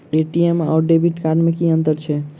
ATM आओर debit card मे की अंतर छैक?